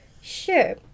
Sure